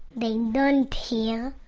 they don't hear,